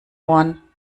ohren